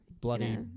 bloody